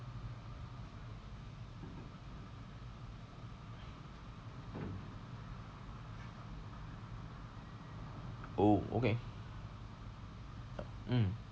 oh okay mm